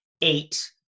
eight